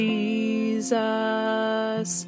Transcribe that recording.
Jesus